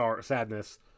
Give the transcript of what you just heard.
sadness